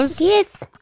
Yes